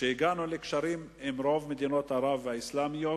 הגענו לקשרים עם רוב מדינות ערב האסלאמיות,